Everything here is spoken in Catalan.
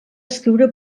escriure